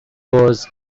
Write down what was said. was